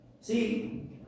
See